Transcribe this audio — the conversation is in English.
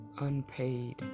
unpaid